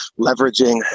leveraging